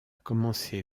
commencé